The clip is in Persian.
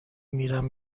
میرم